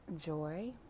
joy